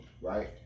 right